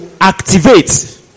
activate